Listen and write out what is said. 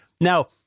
Now